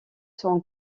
sans